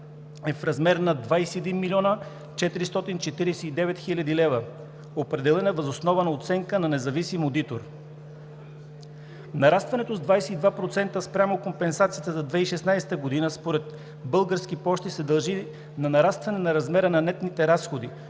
е в размер на 21 млн. 449 хил. лв., определена въз основа на оценка на независим одитор. Нарастването с 22% спрямо компенсациите за 2016 г. според Български пощи се дължи на нарастване на размера на нетните разходи